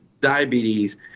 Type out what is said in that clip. diabetes